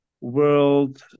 World